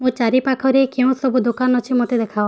ମୋ ଚାରିପାଖରେ କେଉଁ ସବୁ ଦୋକାନ ଅଛି ମୋତେ ଦେଖାଅ